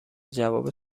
جواب